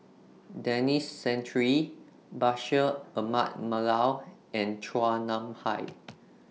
Denis Santry Bashir Ahmad Mallal and Chua Nam Hai